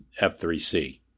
F3C